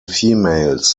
females